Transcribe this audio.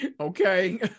okay